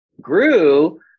grew